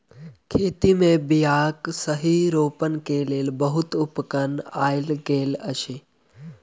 खेत मे बीयाक सही रोपण के लेल बहुत उपकरण आइब गेल अछि